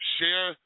Share